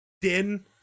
Din